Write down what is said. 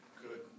good